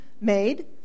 made